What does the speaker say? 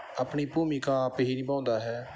ਆਪਣੀ ਭੂਮਿਕਾ ਆਪ ਹੀ ਨਿਭਾਉਂਦਾ ਹੈ